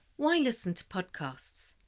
why listen to podcasts?